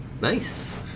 Nice